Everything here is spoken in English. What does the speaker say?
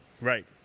Right